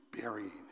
burying